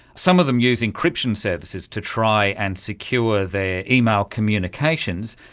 some of them use encryption services to try and secure their email communications.